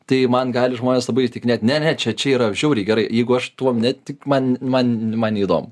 tai man gali žmonės labai tik net ne ne čia čia yra žiauriai gerai jeigu aš tuom ne tik man man man neįdomu